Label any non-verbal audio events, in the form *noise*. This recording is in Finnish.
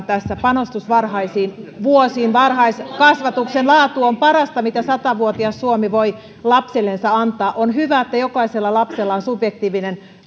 *unintelligible* tässä panostus varhaisiin vuosiin varhaiskasvatuksen laatuun on parasta mitä sata vuotias suomi voi lapsillensa antaa on hyvä että jokaisella lapsella on subjektiivinen